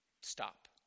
Stop